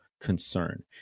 concern